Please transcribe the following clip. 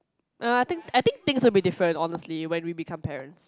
well I think I think things will be different honestly when we become parents